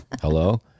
hello